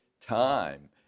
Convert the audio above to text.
time